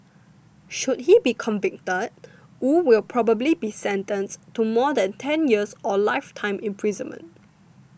should he be convicted Wu will probably be sentenced to more than ten years or lifetime imprisonment